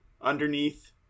underneath